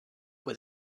with